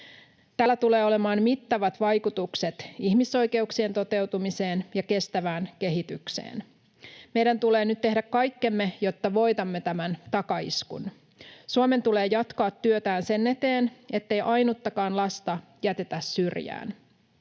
Tällä tulee olemaan mittavat vaikutukset ihmisoikeuksien toteutumiseen ja kestävään kehitykseen. Meidän tulee nyt tehdä kaikkemme, jotta voitamme tämän takaiskun. Suomen tulee jatkaa työtään sen eteen, ettei ainuttakaan lasta jätetä syrjään.